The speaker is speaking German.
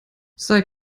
sei